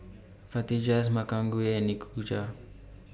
Fajitas Makchang Gui and Nikujaga